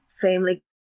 family